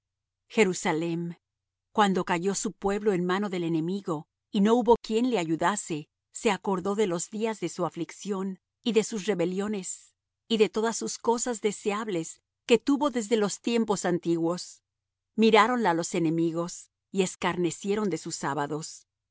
jerusalem cuando cayó su pueblo en mano del enemigo y no hubo quien le ayudase se acordó de los días de su aflicción y de sus rebeliones y de todas sus cosas deseables que tuvo desde los tiempos antiguos miráronla los enemigos y escarnecieron de sus sábados